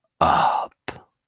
up